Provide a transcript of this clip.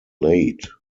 laid